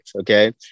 Okay